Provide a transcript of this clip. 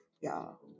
y'all